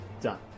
Done